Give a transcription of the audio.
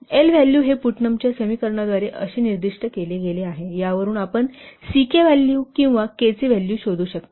L value हे पुटनमच्या समीकरणाद्वारे असे निर्दिष्ट केले गेले आहे यावरून आपण Ck व्हॅल्यू किंवा K चे व्हॅल्यू शोधू शकता